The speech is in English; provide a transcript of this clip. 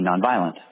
nonviolent